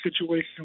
situation